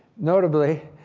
notably,